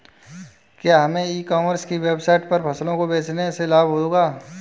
क्या हमें e commerce की वेबसाइट पर फसलों को बेचने से लाभ होगा?